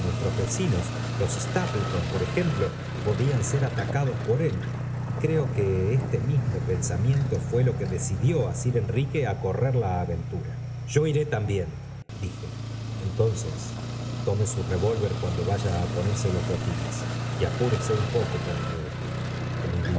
nuestros vecinos los stapleton por ejemplo podían ser atacados por él y creo que este mismo pensamiento f ué lo que decidió á sir enrique á correr la aventura yo iré también jije entonces tome su revólver cuando vaya á ponerse loe botines y apúrese un poco porque el